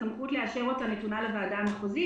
הסמכות לאשר אותה נתונה לוועדה המחוזית.